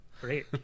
Great